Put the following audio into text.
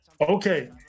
Okay